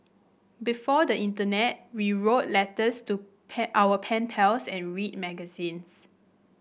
before the internet we wrote letters to our pen pals and read magazines